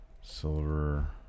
Silver